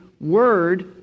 Word